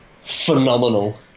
phenomenal